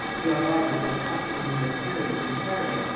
we ought either to have trusted in your experience entirely,